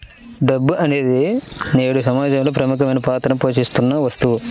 డబ్బు అనేది నేడు సమాజంలో ప్రముఖమైన పాత్రని పోషిత్తున్న వస్తువు